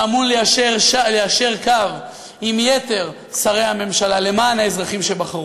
שאמון ליישר קו עם יתר שרי הממשלה למען האזרחים שבחרו,